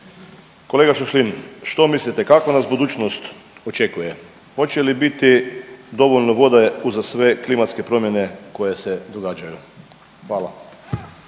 Kolega Šašlin, što mislite kakva nas budućnost očekuje? Hoće li biti dovoljno vode uza sve klimatske promjene koje se događaju? Hvala.